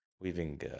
weaving